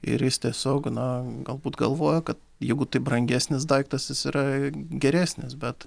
ir jis tiesiog na galbūt galvoja kad jeigu tai brangesnis daiktas jis yra geresnis bet